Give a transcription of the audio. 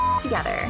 together